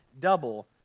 double